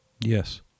yes